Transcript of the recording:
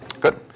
Good